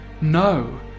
No